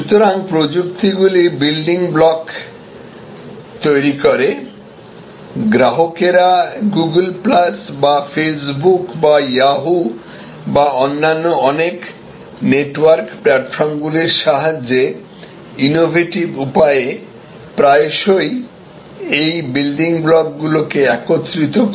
সুতরাং প্রযুক্তিগুলি building block তৈরি করে গ্রাহকেরা গুগল প্লাস বা ফেসবুক বা ইয়াহু বা অন্যান্য অনেক নেটওয়ার্ক প্ল্যাটফর্মগুলির সাহায্যে ইনোভেটিভ উপায়ে প্রায়শই এই বিল্ডিং ব্লক গুলোকে একত্রিত করে